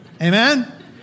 Amen